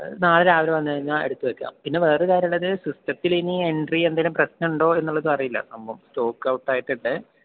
അത് നാളെ രാവിലെ വന്നുകഴിഞ്ഞാൽ എടുത്ത് വെക്കാം പിന്നെ വേറെ കാര്യമുള്ളത് സിസ്റ്റത്തിലിനി എൻട്രി എന്തെങ്കിലും പ്രശ്നമുണ്ടോ എന്നുള്ളതും അറിയില്ല സംഭവം സ്റ്റോക്ക് ഔട്ട് ആയിട്ടുണ്ട്